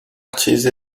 چیز